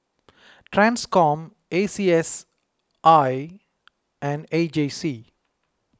Transcom A C S I and A J C